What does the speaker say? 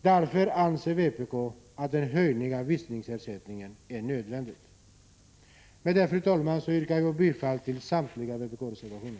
Därför anser vpk att en höjning av visningsersättningen är nödvändig. Med detta, fru talman, yrkar jag bifall till samtliga vpk-reservationer.